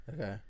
okay